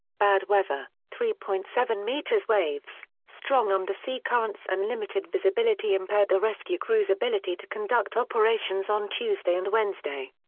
bad weather, three point seven metres waves, strong undersea currents and limited visibility impaired the rescue crews' ability to conduct operations on tuesday and wednesday.